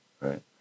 Right